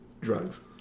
Drugs